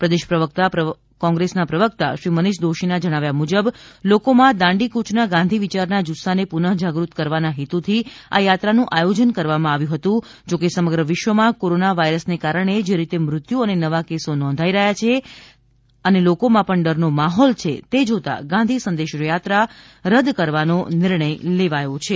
પ્રદેશ કોંગ્રેસના પ્રવક્તા શ્રી મનીષ દોશીના જણાવ્યા મુજબ લોકોમાં દાંડીક્રયના ગાંધી વિચારના જુસ્સાને પુનઃ જાગૃત કરવાના હેતુથી આ યાત્રાનું આયોજન કરવામાં આવ્યું હતું જોકે સમગ્ર વિશ્વમાં કોરોના વાઇરસને કારણે જે રીતે મૃત્યુ અને નવા કેસો નોંધાઈ રહ્યા છે અને લોકોમાં પણ ડરનો માહોલ છે તે જોતા આ ગાંધી સંદેશ યાત્રા રદ કરવાનો નિર્ણય લેવાયો છે